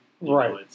Right